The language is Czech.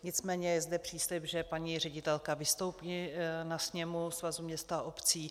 Nicméně je zde příslib, že paní ředitelka vystoupí na sněmu Svazu měst a obcí.